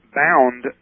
bound